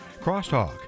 Crosstalk